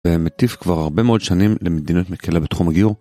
ומטיף כבר הרבה מאוד שנים למדיניות מקלה בתחום הגיור.